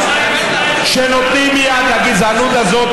שנותנים יד לגזענות הזאת,